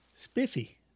Spiffy